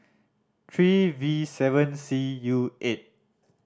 three V seven C U eight